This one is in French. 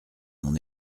mon